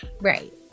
Right